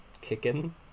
kicking